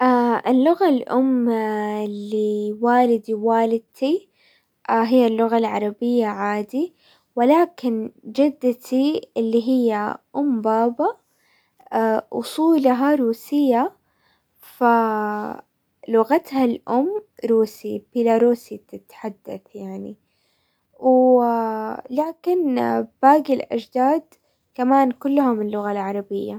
اللغة الام لوالدي ووالدتي هي اللغة العربية عادي، ولكن جدتي اللي هي ام بابا اصولها روسية فلغتها الام روسي، بالروسي تتحدث يعني، لكن باقي الاجداد كمان كلهم اللغة العربية.